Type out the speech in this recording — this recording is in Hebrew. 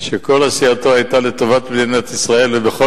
שכל עשייתו היתה לטובת מדינת ישראל ובכל